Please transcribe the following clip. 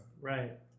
Right